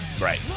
Right